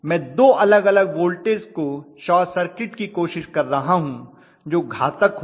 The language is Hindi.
मैं दो अलग अलग वोल्टेज को शॉर्ट सर्किट की कोशिश कर रहा हूं जो घातक होगा